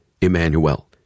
Emmanuel